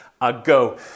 ago